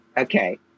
Okay